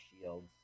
Shields